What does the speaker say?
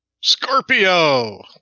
Scorpio